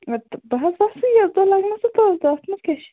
اَدٕ بہٕ حظ وَسہٕ یہِ تُلُن آسہِ تُلہٕ تَس اَتھ منٛز کیٛاہ چھُ